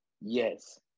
yes